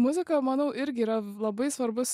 muzika manau irgi yra labai svarbus